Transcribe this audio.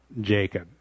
Jacob